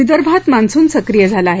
विदर्भात मान्सून सक्रिय झाला आहे